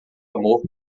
amor